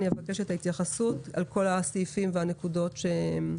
אני אבקש את ההתייחסות של הפיקוח על הבנקים בבנק ישראל